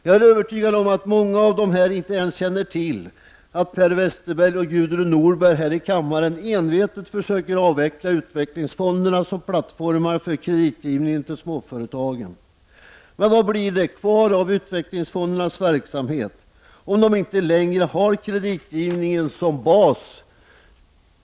Jag är övertygad om att många av dem inte ens känner till att Per Westerberg och Gudrun Norberg här i kammaren envetet försöker att avveckla utvecklingsfonderna som plattformer för kreditgivningen till småföretagen. Men vad blir det kvar av utvecklingsfondernas verksamhet om de inte längre har kreditgivningen som bas?